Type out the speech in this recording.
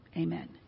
Amen